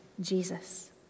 Jesus